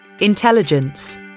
intelligence